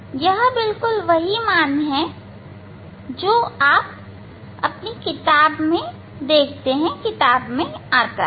यह बिल्कुल वही है जो मान आपका किताब में आता है